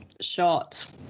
shot